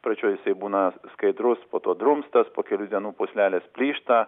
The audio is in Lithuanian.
pradžioj jisai būna skaidrus po to drumstas po kelių dienų pūslelės plyšta